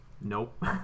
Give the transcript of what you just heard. Nope